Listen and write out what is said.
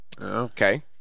Okay